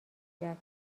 گیرد